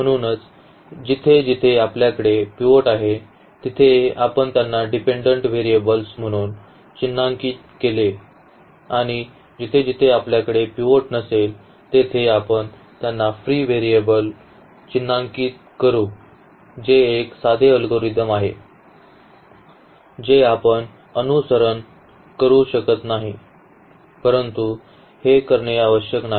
म्हणूनच जिथे जिथे आपल्याकडे पिव्होट आहे तिथे आपण त्यांना डिपेंडंट व्हेरिएबल्स म्हणून चिन्हांकित केले आणि जिथे जिथे आपल्याकडे पिव्होट नसेल तेथे आपण त्यांना फ्री व्हेरिएबल चिन्हांकित करू जे एक साधे अल्गोरिदम आहे जे आपण येथे अनुसरण करू शकत नाही परंतु हे करणे आवश्यक नाही